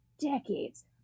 decades